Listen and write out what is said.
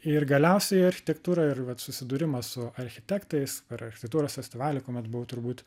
ir galiausiai architektūra ir vat susidūrimas su architektais per architektūros festivalį kuomet buvau turbūt